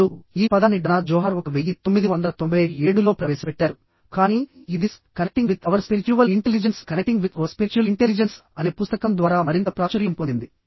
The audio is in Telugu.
ఇప్పుడు ఈ పదాన్ని డానా జోహార్ 1997 లో ప్రవేశపెట్టారు కానీ ఇది SQ connecting with our spiritual intelligence అనే పుస్తకం ద్వారా మరింత ప్రాచుర్యం పొందింది